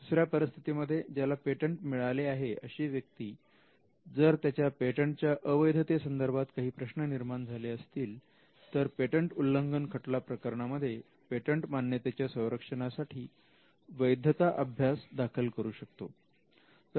दुसऱ्या परिस्थितीमध्ये ज्याला पेटंट मिळाले आहे अशी व्यक्ती जर त्याच्या पेटंटच्या अवैधते संदर्भात काही प्रश्न निर्माण झाले असतील तर पेटंट उल्लंघन खटला प्रकरणांमध्ये पेटंट मान्यतेच्या संरक्षणासाठी वैधता अभ्यास दाखल करू शकतो